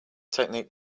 technique